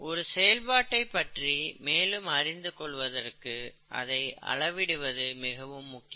ஒரு செயல்பாட்டை பற்றி மேலும் அறிந்து கொள்வதற்கு அதை அளவிடுவது மிகவும் முக்கியம்